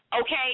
Okay